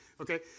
okay